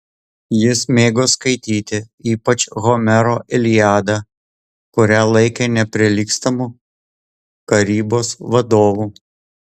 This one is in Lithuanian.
jis mėgo skaityti ypač homero iliadą kurią laikė neprilygstamu karybos vadovu